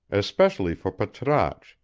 especially for patrasche,